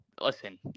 listen